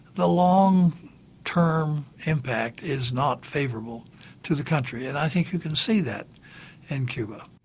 the long term impact is not favourable to the country, and i think you can see that in cuba.